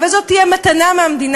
אבל זאת תהיה מתנה מהמדינה,